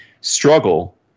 struggle